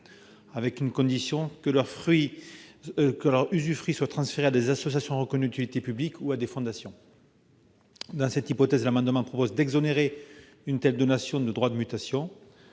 à condition que leur usufruit soit transféré à des associations reconnues d'utilité publique ou à des fondations. Dans cette hypothèse, cet amendement vise à exonérer une telle donation de droits de mutation.